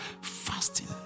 fasting